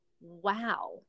wow